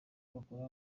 bakora